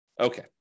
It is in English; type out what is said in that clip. Okay